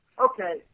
Okay